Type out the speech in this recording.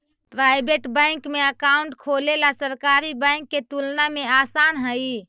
private bank में account खोलेला सरकारी बैंक के तुलना में आसान हइ